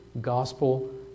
gospel